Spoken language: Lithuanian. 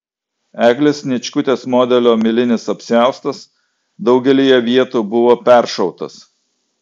eglės sniečkutės modelio milinis apsiaustas daugelyje vietų buvo peršautas